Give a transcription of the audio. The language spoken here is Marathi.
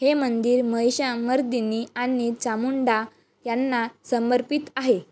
हे मंदिर महिषामर्दिनी आणि चामुंडा यांना समर्पित आहे